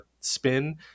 spin